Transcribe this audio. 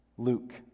Luke